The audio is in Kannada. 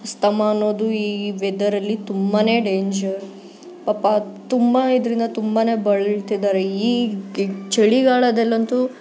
ಅಸ್ತಮಾ ಅನ್ನೋದು ಈ ವೆದರಲ್ಲಿ ತುಂಬಾ ಡೇಂಜರ್ ಪಾಪ ತುಂಬ ಇದರಿಂದ ತುಂಬಾ ಬಳಲ್ತಿದಾರೆ ಈ ಗ್ ಚಳಿಗಾಲದಲ್ಲಂತೂ